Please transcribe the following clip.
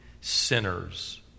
sinners